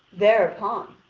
thereupon,